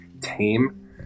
tame